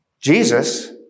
Jesus